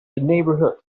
neighborhood